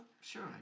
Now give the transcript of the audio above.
Sure